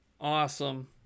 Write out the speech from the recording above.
Awesome